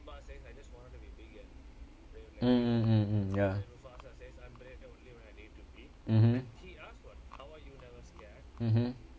mm mm mm mm ya mmhmm mmhmm